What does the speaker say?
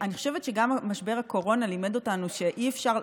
אני חושבת שגם משבר הקורונה לימד אותנו שאי-אפשר,